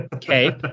Cape